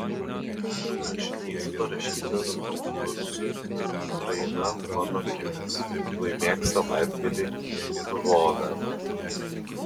rašinys parašytas konkursui ukraina mano akimis laimėk savaitgalį lvove